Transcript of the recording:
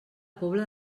pobla